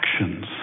actions